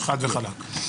חד וחלק.